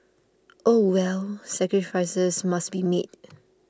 oh well sacrifices must be made